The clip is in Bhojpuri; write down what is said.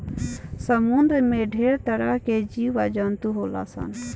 समुंद्र में ढेरे तरह के जीव आ जंतु होले सन